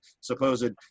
supposed